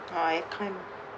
oh I can't